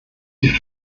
die